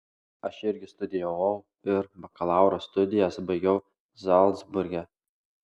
aš irgi studijavau ir bakalauro studijas baigiau zalcburge